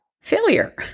failure